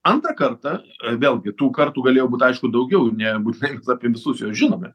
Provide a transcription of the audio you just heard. antrą kartą vėlgi tų kartų galėjo būt aišku daugiau nebūtinai mes apie visus juos žinome